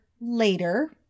later